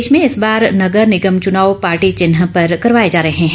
प्रदेश में इस बार नगर निगम चनाव पार्टी चिन्ह पर करवाए जा रहे हैं